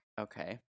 Okay